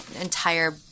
entire